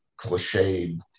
cliched